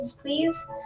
please